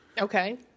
Okay